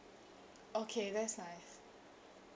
okay that's nice